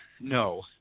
no